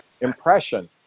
impression